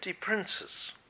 princes